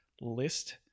list